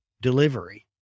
delivery